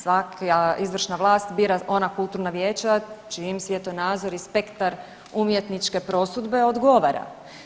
Svaka izvršna vlast bira ona kulturna vijeća čiji im svjetonazor i spektar umjetniče prosudbe odgovara.